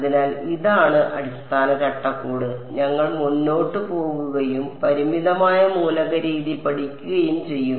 അതിനാൽ ഇതാണ് അടിസ്ഥാന ചട്ടക്കൂട് ഞങ്ങൾ മുന്നോട്ട് പോകുകയും പരിമിതമായ മൂലക രീതി പഠിക്കുകയും ചെയ്യും